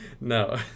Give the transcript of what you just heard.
No